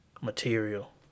material